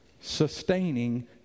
sustaining